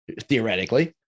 theoretically